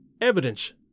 evidence